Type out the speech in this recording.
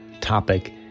topic